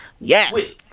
yes